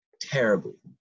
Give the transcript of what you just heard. terribly